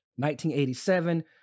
1987